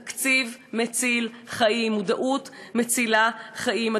תקציב מציל חיים, מודעות מצילה חיים.